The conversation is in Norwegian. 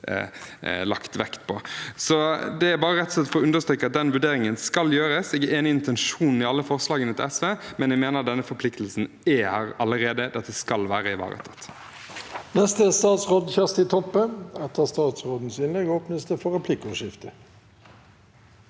4309 Dette er rett og slett bare for å understreke at den vurderingen skal gjøres. Jeg er enig i intensjonen i alle forslagene til SV, men jeg mener at denne forpliktelsen er der allerede. Dette skal være ivaretatt.